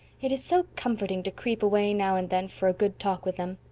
it is so comforting to creep away now and then for a good talk with them.